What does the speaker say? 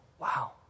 Wow